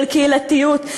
של קהילתיות,